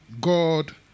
God